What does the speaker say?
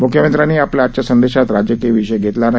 मुख्यमंत्र्यांनी आपल्या आजच्या संदेशात राजकीय विषय घेतला नाही